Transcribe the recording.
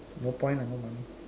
no point lah no money